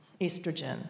estrogen